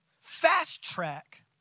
fast-track